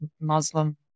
Muslim